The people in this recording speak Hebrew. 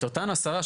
את אותם עשרה,